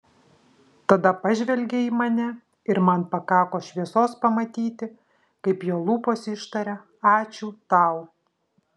tada pažvelgė į mane ir man pakako šviesos pamatyti kaip jo lūpos ištaria ačiū tau